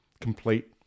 complete